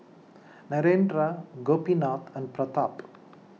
Narendra Gopinath and Pratap